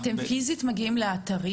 אתם פיזית מגיעים לאתרים?